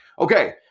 okay